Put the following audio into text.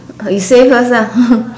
you say first ah